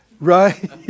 Right